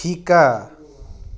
শিকা